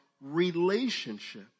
relationship